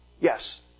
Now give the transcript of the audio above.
Yes